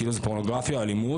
כאילו זה פורנוגרפיה או אלימות,